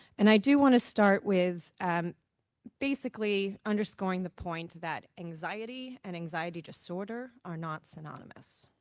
and i do want to start with basically underscoring the point that anxiety and anxiety disorder are not synonymous.